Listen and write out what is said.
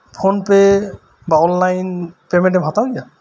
phone ᱯᱮᱹ ᱵᱟ online payment ᱮᱢ ᱦᱟᱛᱟᱣ ᱜᱮᱭᱟ